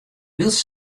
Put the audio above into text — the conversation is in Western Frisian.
wylst